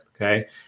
Okay